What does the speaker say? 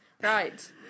Right